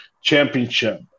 championship